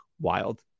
wild